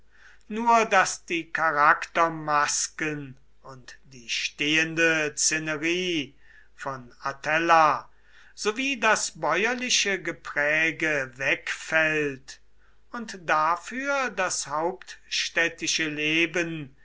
nur daß die charaktermasken und die stehende szenerie von atella sowie das bäuerliche gepräge wegfällt und dafür das hauptstädtische leben